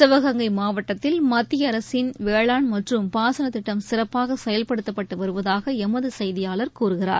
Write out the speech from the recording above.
சிவகங்கை மாவட்டத்தில் மத்திய அரசின் வேளாண் மற்றும் பாசனத் திட்டம் சிறப்பாக செயல்படுத்தப்பட்டு வருவதாக எமது செய்தியாளர் கூறுகிறார்